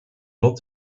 lot